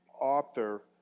author